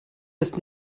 ist